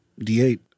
D8